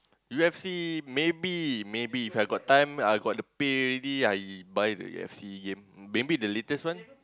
U_F_C maybe maybe If I got time I got the pay already I buy the U_F_C game maybe the latest one